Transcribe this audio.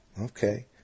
Okay